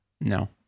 No